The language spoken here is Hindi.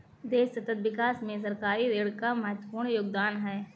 देश सतत विकास में सरकारी ऋण का महत्वपूर्ण योगदान है